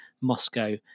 Moscow